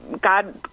God